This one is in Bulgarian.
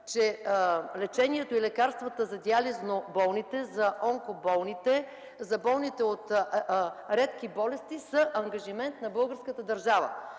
че лечението и лекарствата за диализно болните, за онкоболните, за болните от редки болести са ангажимент на българската държава.